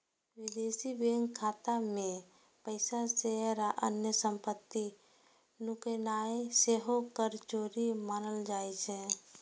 विदेशी बैंक खाता मे पैसा, शेयर आ अन्य संपत्ति नुकेनाय सेहो कर चोरी मानल जाइ छै